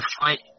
fight